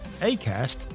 Acast